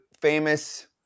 famous